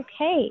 okay